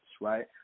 right